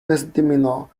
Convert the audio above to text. misdemeanor